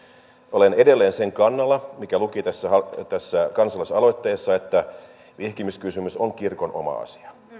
olen edelleen sen kannalla mikä luki tässä tässä kansalaisaloitteessa että vihkimiskysymys on kirkon oma asia